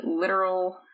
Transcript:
literal